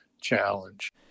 challenge